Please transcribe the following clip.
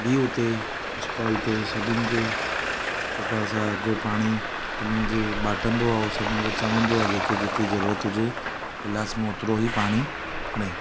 बि हुते स्टॉल ते सभिनि खे पाणी सभिनीनि खे बाटंदो आहियां ओर सभिनीनि खे चवंदो आहियां जेके जेतिरी ज़रूरत हुजे ग्लास में होतिरो ई पाणी खणे